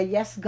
Yes